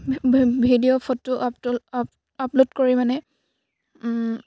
V video photo আপডোল upload কৰি মানে